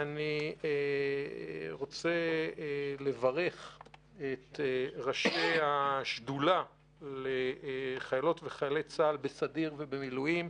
אני רוצה לברך את ראשי השדולה לחיילות וחיילי צה"ל בסדיר ובמילואים,